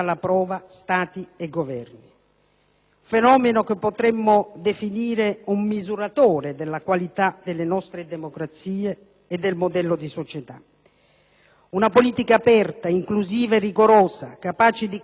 fenomeno potrebbe essere definito un misuratore della qualità delle nostre democrazie e del modello di società. Una politica aperta, inclusiva e rigorosa, capace di conciliare legalità e solidarietà,